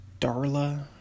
Darla